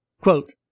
Quote